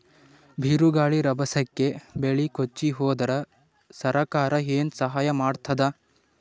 ಬಿರುಗಾಳಿ ರಭಸಕ್ಕೆ ಬೆಳೆ ಕೊಚ್ಚಿಹೋದರ ಸರಕಾರ ಏನು ಸಹಾಯ ಮಾಡತ್ತದ?